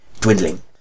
dwindling